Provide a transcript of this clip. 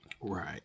Right